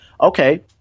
Okay